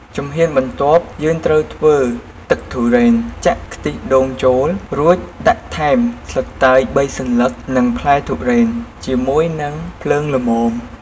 ជំហានបន្ទាប់យើងត្រូវធ្វើទឹកទុរេន ចាក់ខ្ទិះដូងចូល រួចដាក់ថែមស្លឹកតើយ៣សន្លឹក និងផ្លែទុរេន ជាមួយនឹងភ្លើងល្មម។